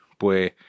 Pues